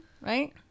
right